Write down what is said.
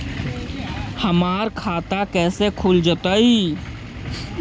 हमर खाता कैसे खुल जोताई?